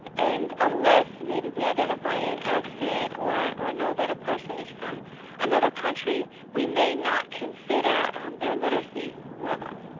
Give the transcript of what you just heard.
and unless maybe we identify an accent or or know that a person is from another country, we may not consider their literacy level.